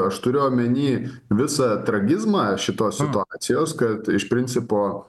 aš turiu omeny visą tragizmą šitos situacijos kad iš principo